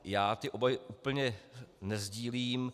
Já ty obavy úplně nesdílím.